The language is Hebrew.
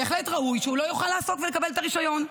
בהחלט ראוי שהוא לא יוכל לעסוק ולקבל את הרישיון,